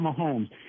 Mahomes